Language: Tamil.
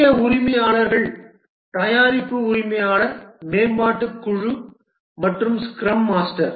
முக்கிய உரிமையாளர்கள் தயாரிப்பு உரிமையாளர் மேம்பாட்டுக் குழு மற்றும் ஸ்க்ரம் மாஸ்டர்